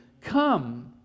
come